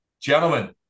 Gentlemen